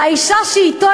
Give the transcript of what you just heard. והאישה שאתו,